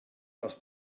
aus